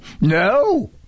No